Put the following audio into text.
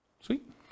Sweet